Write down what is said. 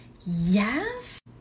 Yes